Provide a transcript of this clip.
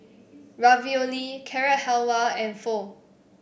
Ravioli Carrot Halwa and Pho